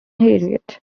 harriet